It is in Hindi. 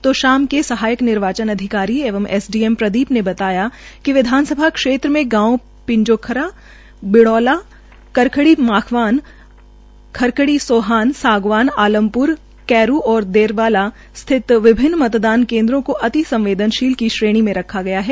तोशाम के सहायक निर्वाचन अधिकारी एवं एसडीएम प्रदी ने बताया कि विधानसभा क्षेत्र में गांव शिंजोखरा बिडौला खरकड़ी माखवान सरकड़ी सोहान सागवान आलम र कैरू और देवराला स्थित विभिन्न मतदान केन्द्रों को अति संवदेनशील की श्रेणी में रखा गया है